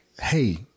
hey